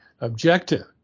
objective